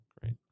great